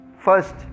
first